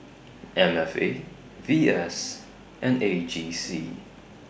M F A V S and A G C